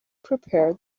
prepared